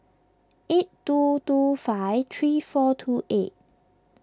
eight two two five three four two eight